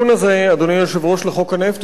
לחוק הנפט הוא תיקון בכיוון הנכון.